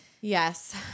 yes